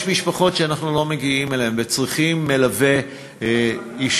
יש משפחות שאנחנו לא מגיעים אליהן וצריכות מלווה אישי.